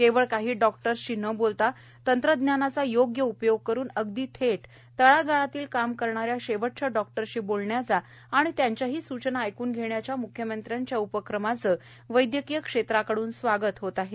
केवळ काही डॉक्टर्सशी न बोलता तंत्रज्ञानाचा स्योग्य उपयोग करून अगदी थेट तळागाळात काम करणाऱ्या शेवटच्या डॉक्टरशी बोलण्याचा आणि त्यांच्याही सुचना ऐकून घेण्याच्या मुख्यमंत्र्यांच्या उपक्रमाचे वैद्यकीय क्षेत्रात स्वागत होत आहे